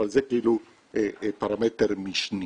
אבל זה כאילו פרמטר משנה.